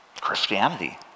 Christianity